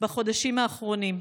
בחודשים האחרונים.